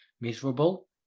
miserable